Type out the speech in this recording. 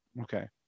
Okay